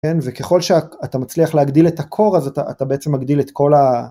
כן, וככל שהק-אתה מצליח להגדיל את הקור, אז אתה-אתה בעצם מגדיל את כל ה...